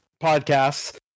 Podcasts